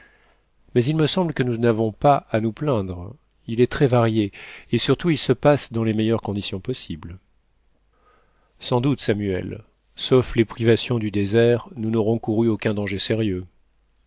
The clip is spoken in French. mais il me semble que nous n'avons pas à nous plaindre il est très varié et surtout il se passe dans les meilleures conditions possibles sans doute samuel sauf les privations du désert nous n'auront couru aucun danger sérieux